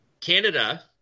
Canada